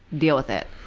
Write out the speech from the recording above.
deal with it.